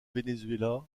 venezuela